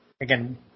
again